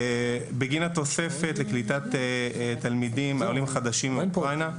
בגין התוספת לקליטת תלמידים עולים חדשים מאוקראינה,